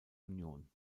union